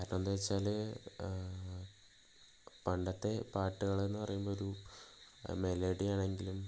കാരണമെന്താ വെച്ചാല് പണ്ടത്തെ പാട്ടുകളെന്ന് പറയുമ്പോൾ ഒരു മെലഡിയാണെങ്കിലും